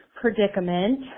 predicament